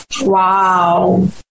Wow